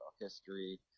history